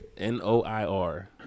Noir